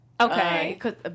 Okay